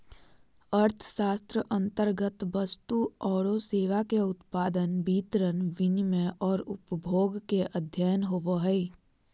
अर्थशास्त्र अन्तर्गत वस्तु औरो सेवा के उत्पादन, वितरण, विनिमय औरो उपभोग के अध्ययन होवो हइ